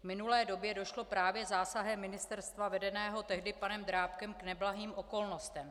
V minulé době došlo právě zásahem ministerstva vedeného tehdy panem Drábkem k neblahým okolnostem.